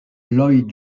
lloyd